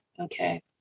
okay